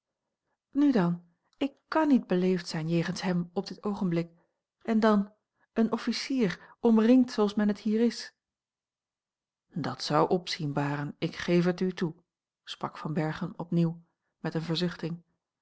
nu dan ik kàn niet beleefd zijn jegens hem op dit oogenblik en dan een officier omringd zooals men het hier is dat zou opzien baren ik geef het u toe sprak van berchem opnieuw met eene